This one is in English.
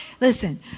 Listen